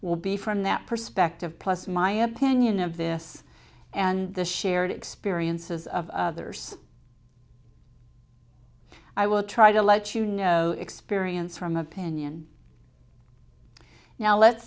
will be from that perspective plus my opinion of this and the shared experiences of others i will try to let you know experience from opinion now let's